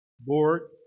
board